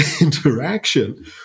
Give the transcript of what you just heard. interaction